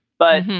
but.